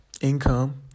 income